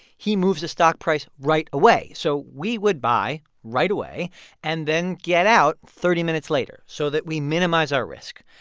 he moves the stock price right away. so we would buy right away and then get out thirty minutes later so that we minimize our risk.